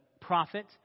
prophet